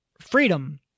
freedom